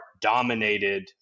dominated